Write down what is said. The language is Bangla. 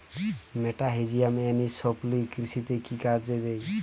মেটাহিজিয়াম এনিসোপ্লি কৃষিতে কি কাজে দেয়?